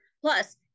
Plus